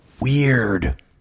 Weird